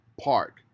park